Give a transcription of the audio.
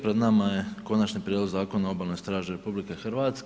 Pred nama je Konačni prijedlog Zakona o Obalnoj straži RH.